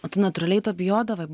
o tu natūraliai to bijodavai